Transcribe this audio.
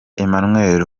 emmanuel